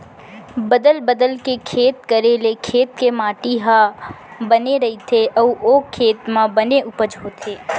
बदल बदल के खेत करे ले खेत के माटी ह बने रइथे अउ ओ खेत म बने उपज होथे